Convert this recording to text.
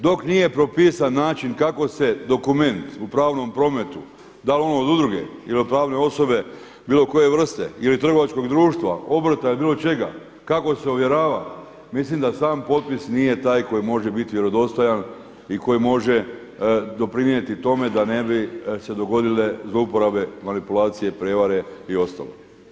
Dok nije propisan način kako se dokument u pravnom prometu da li on od udruge ili pravne osobe bilo koje vrste ili trgovačkog društva, obrta ili bilo čega kako se ovjerava mislim da sam potpis nije taj koji može biti vjerodostojan i koji može doprinijeti tome da ne bi se dogodile zlouporabe, manipulacije, prijevare i ostalo.